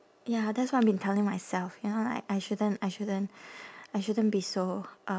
ya that's what I've been telling myself you know like I shouldn't I shouldn't I shouldn't be so uh